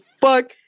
fuck